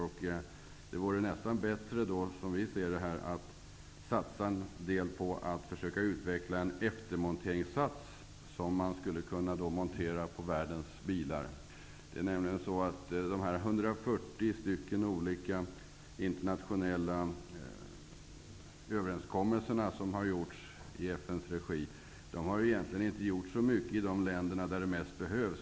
Som vi ser det vore det bättre att satsa en del på att försöka utveckla en eftermonteringssats som man skulle kunna montera på världens bilar. De 140 olika internationella överenskommelser som har gjorts i FN:s regi har egentligen inte åstadkommit så mycket i de länder där det mest behövs.